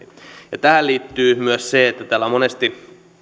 myöhemmin tähän liittyy myös se että täällä on monesti